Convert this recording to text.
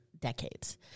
decades